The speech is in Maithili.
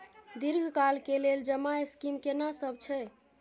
दीर्घ काल के लेल जमा स्कीम केना सब छै?